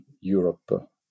Europe